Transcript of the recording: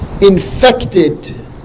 infected